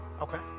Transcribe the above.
Okay